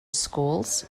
schools